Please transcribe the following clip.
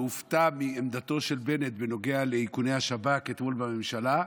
שהופתע מעמדתו של בנט בנוגע לאיכוני השב"כ אתמול בממשלה,